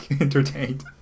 entertained